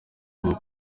avuga